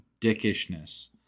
dickishness